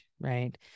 right